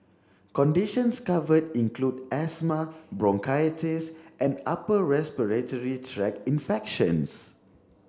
conditions covered include asthma bronchitis and upper respiratory tract infections